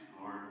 Lord